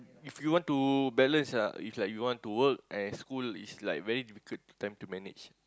if you want to balance ah if like you want to work and school is like very difficult to time to manage